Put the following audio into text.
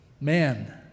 Man